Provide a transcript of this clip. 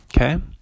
Okay